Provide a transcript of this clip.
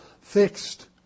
fixed